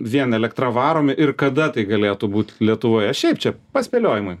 vien elektra varomi ir kada tai galėtų būt lietuvoje šiaip čia paspėliojimui